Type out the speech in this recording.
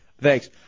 thanks